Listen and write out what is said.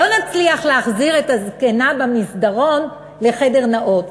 לא נצליח להחזיר את הזקנה במסדרון לחדר נאות.